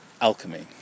alchemy